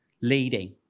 leading